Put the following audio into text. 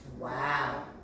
Wow